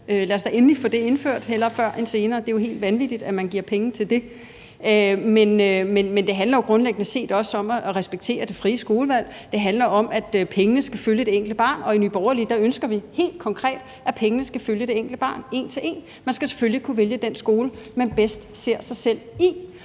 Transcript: Lad os da endelig få det indført – hellere før end senere. Det er jo helt vanvittigt, at man giver penge til det. Men det handler jo grundliggende også om at respektere det frie skolevalg. Det handler om, at pengene skal følge det enkelte barn, og i Nye Borgerlige ønsker vi helt konkret, at pengene skal følge det enkelte barn en til en. Man skal selvfølgelig kunne vælge den skole, man bedst ser sig selv i.